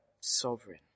sovereign